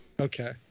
okay